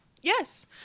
yes